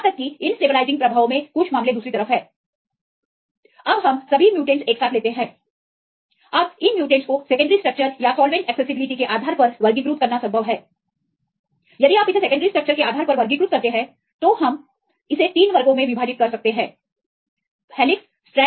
यहां तक कि इन स्टेबलाइजिंग प्रभावों में कुछ मामले दूसरी तरफ है अब हम सभी म्यूटेंटस एक साथ लेते हैं अब इन म्यूटेंटस को सेकेंडरी स्ट्रक्चरस या सॉल्वेंट एक्सेसिबिलिटी के आधार पर वर्गीकृत करना संभव हैयदि आप इसे सेकेंडरी स्ट्रक्चरस के आधार पर वर्गीकृत करते हैं तो हम 3 वर्ग हेलिक्स स्ट्रैंड और कॉइल बना सकते हैं